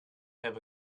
have